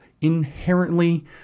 inherently